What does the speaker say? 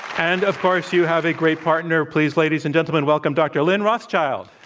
kind of course, you have a great partner. please, ladies and gentlemen, welcome dr. lynn rothschild.